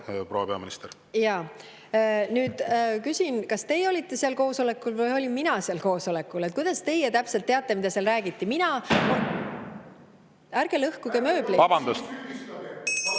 proua peaminister! Jaa. Küsin, kas teie olite seal koosolekul või olin mina seal koosolekul? Kuidas teie täpselt teate, mida seal räägiti? Mina … (Tugev kolks saalis.)